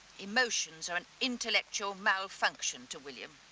emotions are an intellectual malfunction to william.